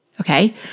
Okay